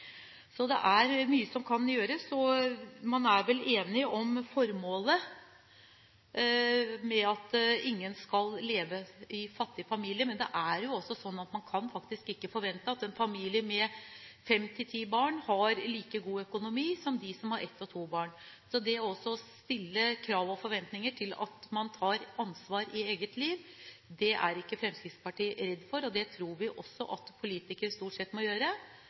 Så det er mye som kan gjøres. Man er vel enig om formålet med at ingen skal leve i en fattig familie, men det er jo også slik at man faktisk ikke kan forvente at en familie med fem til ti barn har like god økonomi som familier med ett og to barn. Så Fremskrittspartiet er ikke redd for å stille krav og forventninger til at man tar ansvar i eget liv, og det tror vi også at politikere stort sett må gjøre.